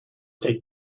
take